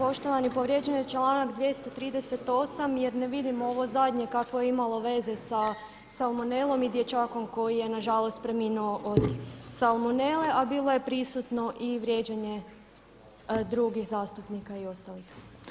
Poštovani povrijeđen je članak 238. jer ne vidim ovo zadnje kako je imalo veze sa salmonelom i dječakom koji je nažalost preminuo od salmonele a bilo je prisutno i vrijeđanje drugih zastupnika i ostalih.